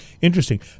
Interesting